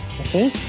Okay